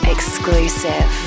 Exclusive